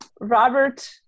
Robert